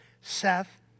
Seth